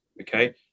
okay